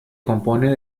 compone